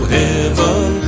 heaven